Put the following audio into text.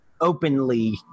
openly